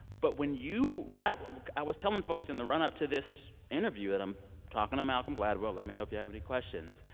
but when you when i i was telling folks in the run-up to this interview that i'm talking to malcolm gladwell, let me know if you have any questions,